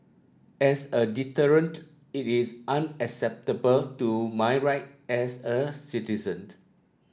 as a deterrent it is unacceptable to my right as a citizen